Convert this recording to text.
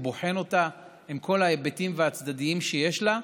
הוא בוחן אותה עם כל ההיבטים והצדדים שיש לה,